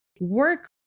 work